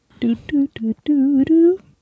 Do-do-do-do-do